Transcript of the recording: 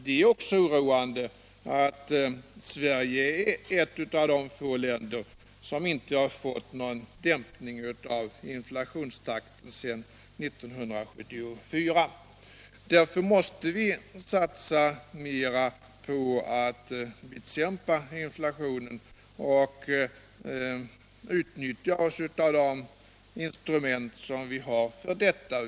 Det är också oroande att Sverige är ett av de få länder som inte har någon dämpning av inflationstakten sedan 1974. Därför måste vi satsa mera på att bekämpa inflationen och utnyttja de instrument som vi har för detta.